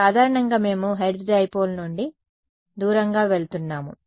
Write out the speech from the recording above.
కాబట్టి సాధారణంగా మేము హెర్ట్జ్ డైపోల్ నుండి దూరంగా వెళ్తున్నాము